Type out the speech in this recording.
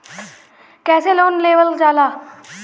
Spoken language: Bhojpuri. कैसे लोन लेवल जाला?